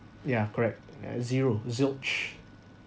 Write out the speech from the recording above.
yeah correct at zero zilch